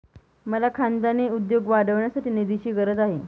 मला खानदानी उद्योग वाढवण्यासाठी निधीची गरज आहे